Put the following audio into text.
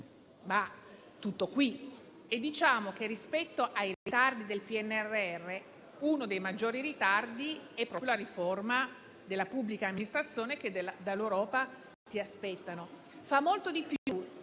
ma tutto qui. C'è da dire che, in tema di ritardi del PNRR, uno dei maggiori riguarda proprio la riforma della pubblica amministrazione che dall'Europa si aspettano.